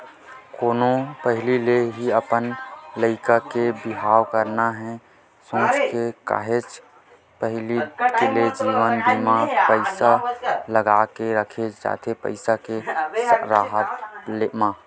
कोनो पहिली ले ही अपन लोग लइका के बिहाव करना हे सोच के काहेच पहिली ले जीवन बीमा म पइसा लगा के रखे रहिथे पइसा के राहब म